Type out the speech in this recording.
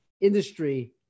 industry